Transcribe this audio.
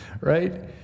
right